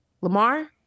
Lamar